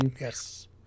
Yes